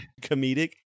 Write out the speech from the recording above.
comedic